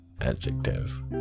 Adjective